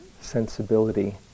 sensibility